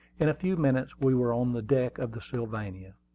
in a few minutes we were on the deck of the sylvania.